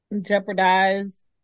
jeopardize